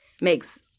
makes